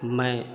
मैं